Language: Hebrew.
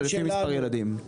אבל לפי מספר ילדים.